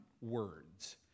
words